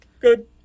Good